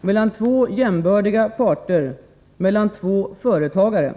mellan två jämbördiga parter, två företagare.